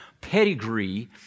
pedigree